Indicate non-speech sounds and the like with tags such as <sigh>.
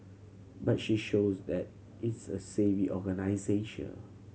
but she shows that is a savvy <unintelligible>